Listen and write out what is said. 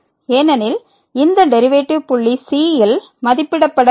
ஏனெனில் இந்த டெரிவேட்டிவ் புள்ளி c ல் மதிப்பிடப்பட வேண்டும்